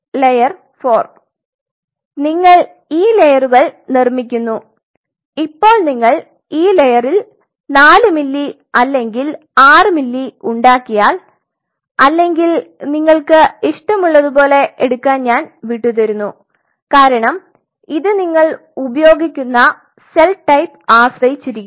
അതിനാൽ നിങ്ങൾ ഈ ലെയറുകൾ നിർമ്മിക്കുന്നു ഇപ്പോൾ നിങ്ങൾ ഈ ലയറിൽ 4 മില്ലി അല്ലെങ്കിൽ 6 മില്ലി ഉണ്ടാക്കിയാൽ അല്ലെങ്കിൽ നിങ്ങൾക് ഇഷ്ടമുള്ളപോലെ എടുക്കാൻ ഞാൻ വിട്ടുതരുന്നു കാരണം ഇത് നിങ്ങൾ ഉപയോഗിക്കുന്ന സെൽ ടൈപ്പ് ആശ്രയിച്ചിരിക്കും